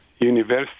university